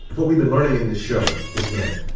what we've been learning in this show is that